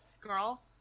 girl